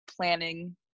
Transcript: planning